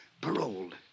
Paroled